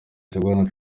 trump